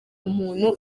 umuntu